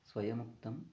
स्वयमुक्तम्